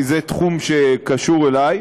כי זה תחום שקשור אלי,